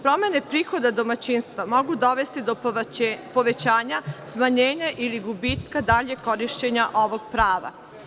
Promene prihoda domaćinstva mogu dovesti do povećanja, smanjenja ili gubitka daljeg korišćenja ovog prava.